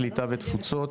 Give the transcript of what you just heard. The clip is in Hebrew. קליטה ותפוצות,